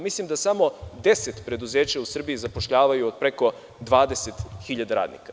Mislim da samo 10 preduzeća u Srbiji zapošljava preko 20.000 radnika.